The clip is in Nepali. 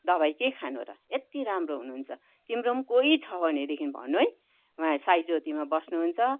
दबाई के खानु र यति राम्रो हुनुहुन्छ तिम्रो पनि कोही छ भनेदिखि भन्नु है उहाँ साइज्योतिमा बस्नुहुन्छ